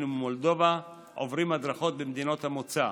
וממולדובה עוברים הדרכות במדינת המוצא.